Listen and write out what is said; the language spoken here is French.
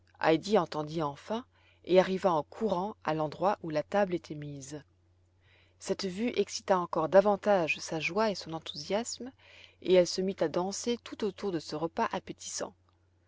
entendit enfin et arriva en courant à l'endroit où la table était mise cette vue excita encore davantage sa joie et son enthousiasme et elle se mit à danser tout autour de ce repas appétissant